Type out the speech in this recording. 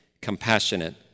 compassionate